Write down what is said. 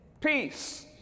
Peace